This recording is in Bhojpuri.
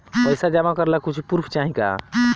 पैसा जमा करे ला कुछु पूर्फ चाहि का?